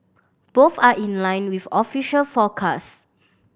both are in line with official forecast